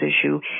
issue